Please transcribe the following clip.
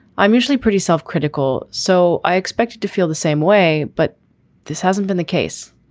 i'm usually pretty self-critical, so i expected to feel the same way. but this hasn't been the case.